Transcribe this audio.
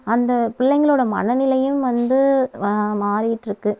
அந்த பிள்ளைங்களோட மனநிலையும் வந்து மாறிட் இருக்கு